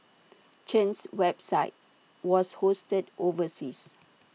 Chen's website was hosted overseas